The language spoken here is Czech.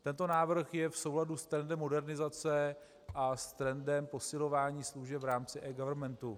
Tento návrh je v souladu s trendem modernizace a s trendem posilování služeb v rámci eGovernmentu.